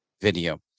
video